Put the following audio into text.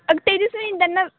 अग् तेजस्विनी आणि त्यांना